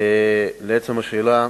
1. לעצם השאלה,